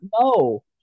No